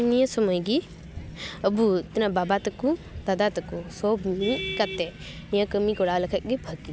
ᱱᱤᱭᱟᱹ ᱥᱩᱢᱟᱹᱭ ᱜᱮ ᱟᱵᱚ ᱛᱤᱱᱟᱹᱜ ᱵᱟᱵᱟ ᱛᱟᱠᱚ ᱫᱟᱫᱟ ᱛᱟᱠᱚ ᱥᱳᱵ ᱢᱤᱫ ᱠᱟᱛᱮ ᱱᱤᱭᱟᱹ ᱠᱟᱹᱢᱤ ᱠᱚᱨᱟᱣ ᱞᱮᱠᱷᱟᱡᱜᱮ ᱵᱷᱟᱜᱮ